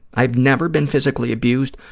i have never been physically abused,